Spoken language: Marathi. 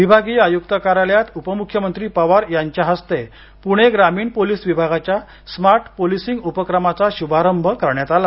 विभागीय आयुक्त कार्यालयात उपमुख्यमंत्री पवार यांच्या हस्ते पूणे ग्रामीण पोलीस विभागाच्या स्मार्ट पोलीसींग उपक्रमाचा शुभारंभ करण्यात आला